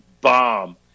bomb